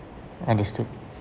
understood